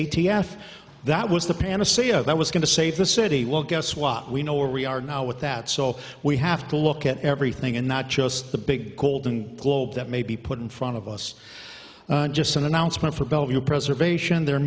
f that was the panacea that was going to save the city well guess what we know where we are now with that so we have to look at everything and not just the big golden globe that may be put in front of us just an announcement for bellevue preservation the